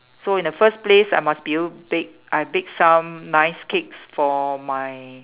so in the first place I must be able to bake I bake some nice cakes for my